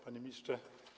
Panie Ministrze!